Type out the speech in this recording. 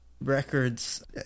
records